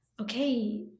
okay